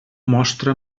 mostra